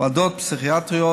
ועדות פסיכיאטריות.